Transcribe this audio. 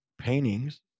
paintings